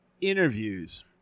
interviews